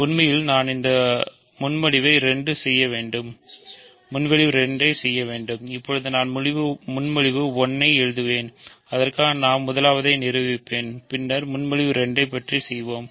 உண்மையில் நான் இந்த முன்மொழிவை 2 செய்ய வேண்டும் இப்போது நான் முன்மொழிவு 1 ஐ எழுதுவேன் அதற்காக நான் முதலவதை நிரூபிப்பேன் பின்னர் நாம் முன்மொழிவு 2 ஐ செய்வோம்